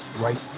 right